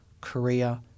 Korea